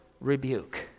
rebuke